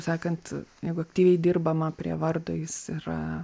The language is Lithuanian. sakant jeigu aktyviai dirbama prie vardo jis yra